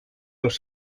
los